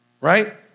right